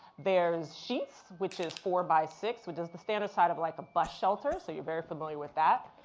there's sheets, which is four by six, which is the standard side of like a bus shelter, so you're very familiar with that.